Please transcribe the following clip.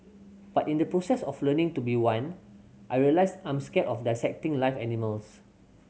but in the process of learning to be one I realised I'm scared of dissecting live animals